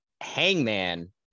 Hangman